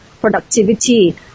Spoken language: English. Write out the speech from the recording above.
productivity